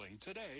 today